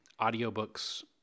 audiobooks